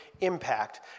impact